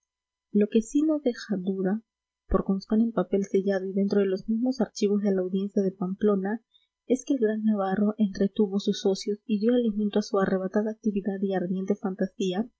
lo que sí no deja duda por constar en papel sellado dentro de los mismos archivos de la audiencia de pamplona es que el gran navarro entretuvo sus ocios y dio alimento a su arrebatada actividad y ardiente fantasía